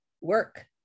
work